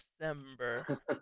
December